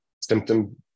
symptom